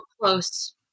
close